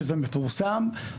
שזה מפורסם,